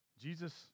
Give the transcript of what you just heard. Jesus